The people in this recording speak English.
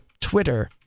Twitter